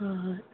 ꯍꯣꯏ ꯍꯣꯏ